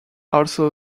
also